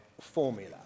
formula